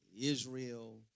Israel